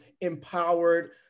empowered